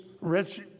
rich